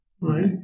right